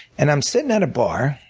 and i'm sitting at bar